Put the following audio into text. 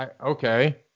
Okay